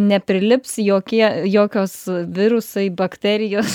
neprilips jokie jokios virusai bakterijos